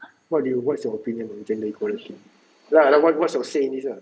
what do you what's your opinion on gender equality ya like what's your say in this lah